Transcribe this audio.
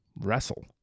wrestle